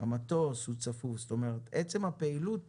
המטוס הוא צפוף, זאת אומרת עצם הפעילות